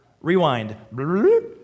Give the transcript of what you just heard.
rewind